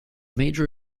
major